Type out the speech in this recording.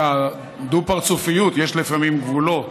לדו-פרצופיות יש לפעמים גבולות.